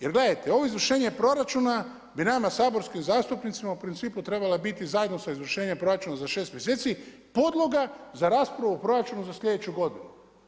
Jer gledajte, ovo izvršenje proračuna bi nama saborskim zastupnicima u principu trebala biti zajedno sa izvršenjem proračuna za 6 mjeseci podloga za raspravu o proračunu za sljedeću godinu.